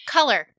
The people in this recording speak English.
Color